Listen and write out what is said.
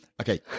Okay